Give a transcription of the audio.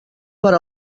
per